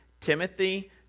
Timothy